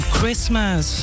Christmas